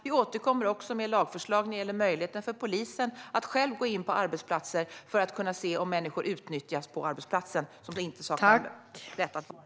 Vi återkommer med lagförslag när det gäller möjligheten för polisen att själv gå in på arbetsplatser för att kunna se om människor utan rätt att vara i Sverige utnyttjas.